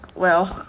well